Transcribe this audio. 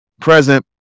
present